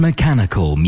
Mechanical